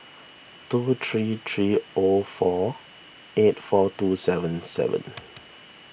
two three three O four eight four two seven seven